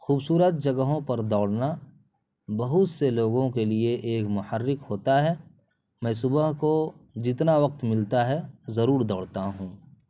خوبصورت جگہوں پر دوڑنا بہت سے لوگوں کے لیے ایک محرک ہوتا ہے میں صبح کو جتنا وقت ملتا ہے ضرور دوڑتا ہوں